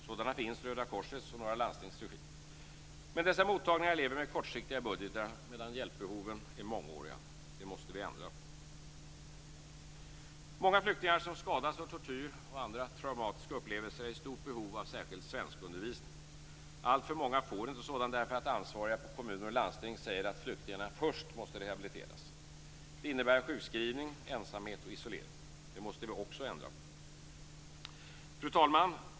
Sådana finns i Röda korsets och några landstings regi. Men dessa mottagningar lever med kortsiktiga budgetar medan hjälpbehoven är mångåriga. Det måste vi ändra på. Många flyktingar som skadats av tortyr och andra traumatiska upplevelser är i stort behov av särskild svenskundervisning. Alltför många får inte sådan därför att ansvariga i kommuner och landsting säger att flyktingarna först måste rehabiliteras. Det innebär sjukskrivning, ensamhet och isolering. Det måste vi också ändra på. Fru talman!